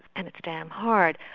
and it's damn hard.